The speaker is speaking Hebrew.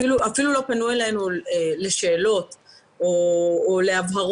אפילו לא פנו אלינו לשאלות או להבהרות.